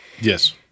Yes